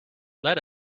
let